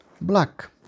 Black